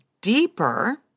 deeper